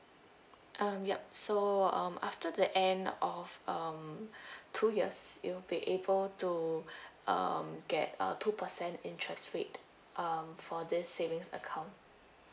um ya so um after the end of um two years you'll be able to um get a two percent interest rate um for this savings account